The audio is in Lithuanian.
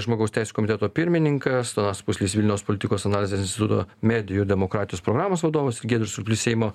žmogaus teisių komiteto pirmininkas donatas pūslys vilniaus politikos analizės instituto medijų demokratijos programos vadovas ir giedrius surplys seimo